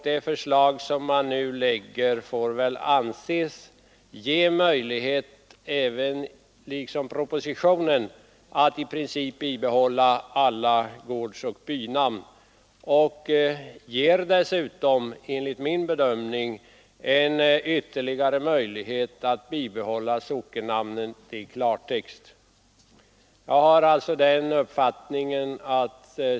Det förslag som nu har lagts fram får väl anses ge möjligheter att i princip bibehålla alla gårdsoch bynamn, och enligt min mening blir det samtidigt möjligt att bibehålla sockennamnen i klartext.